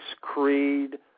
creed